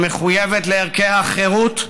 המחויבת לערכי החירות,